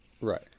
right